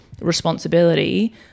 responsibility